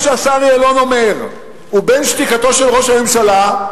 שהשר יעלון אומר ובין שתיקתו של ראש הממשלה,